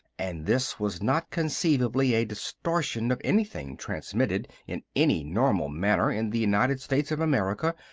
and this was not conceivably a distortion of anything transmitted in any normal manner in the united states of america,